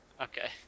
Okay